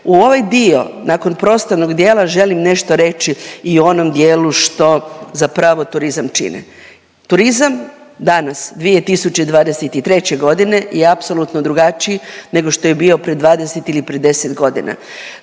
U ovaj dio nakon prostornog dijela želim nešto reći i o onom dijelu što zapravo turizam čine. Turizam danas 2023. g. je apsolutno drugačiji nego što je bio pred 20 ili pred 10 godina.